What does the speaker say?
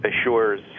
assures